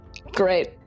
Great